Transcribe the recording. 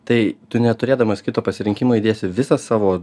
tai tu neturėdamas kito pasirinkimo įdėsi visą savo